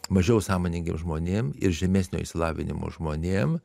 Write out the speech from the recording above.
mažiau sąmoningiem žmonėm ir žemesnio išsilavinimo žmonėm